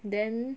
then